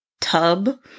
tub